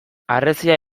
harresia